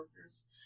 workers